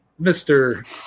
Mr